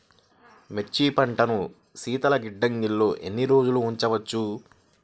మిర్చి పంటను శీతల గిడ్డంగిలో ఎన్ని రోజులు ఉంచవచ్చు?